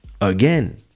again